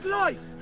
life